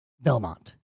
Belmont